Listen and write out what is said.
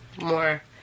more